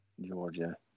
Georgia